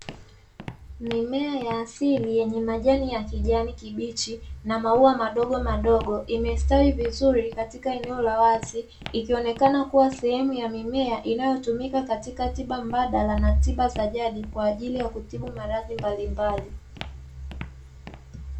Mimea ya asili yenye majani ya kijani kibichi na maua madogo madogo imestawi vizuri katika eneo la wazi, ikionekana kuwa sehemu ya mimea inayotumika katika tiba mbadala na tiba za jadi kwa ajili ya kutibu maradhi mbalimbali.